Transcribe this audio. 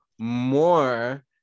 more